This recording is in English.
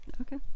Okay